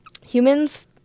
Humans